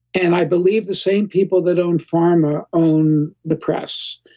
and i believe the same people that own pharma, own the press.